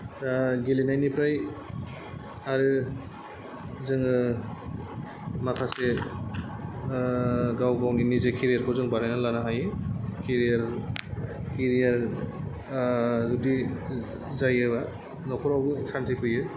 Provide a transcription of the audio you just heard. दा गेलेनायनिफ्राय आरो जोङो माखासे गाव गावनि निजा केरियारखौ बानायनानै लानो हायो केरियार केरियार जुदि जायोबा नखरावबो सान्ति फैयो